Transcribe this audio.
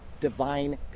divine